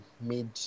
made